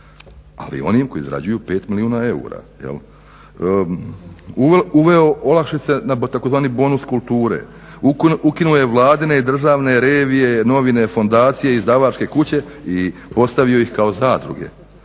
ali onima koji zarađuju 5 milijuna eura. Uveo olakšice na tzv. bonus kulture, ukinuo je vladine i državne revije, novine, fondacije, izdavačke kuće i postavio ih kao zadruge.